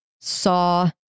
saw